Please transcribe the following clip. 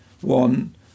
One